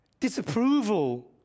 Disapproval